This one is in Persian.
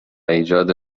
ایجاد